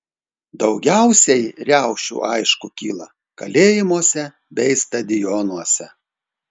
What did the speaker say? daugiausiai riaušių aišku kyla kalėjimuose bei stadionuose